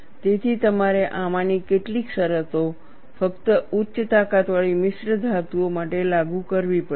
તેથી તમારે આમાંની કેટલીક શરતો ફક્ત ઉચ્ચ તાકાતવાળી મિશ્રધાતુઓ માટે લાગુ કરવી પડશે